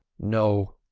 no,